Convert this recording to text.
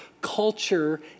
culture